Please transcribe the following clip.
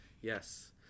Yes